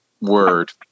word